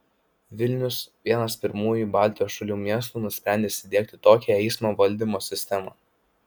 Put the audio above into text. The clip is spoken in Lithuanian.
vilnius vienas pirmųjų baltijos šalių miestų nusprendęs įdiegti tokią eismo valdymo sistemą